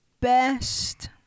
best